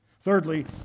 Thirdly